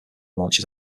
launches